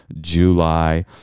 July